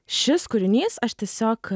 šis kūrinys aš tiesiog